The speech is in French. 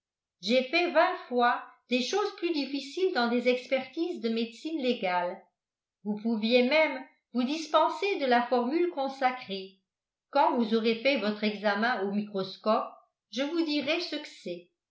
j'ai fait vingt fois des choses plus difficiles dans des expertises de médecine légale vous pouviez même vous dispenser de la formule consacrée quand vous aurez fait votre examen au microscope je vous dirai ce que c'est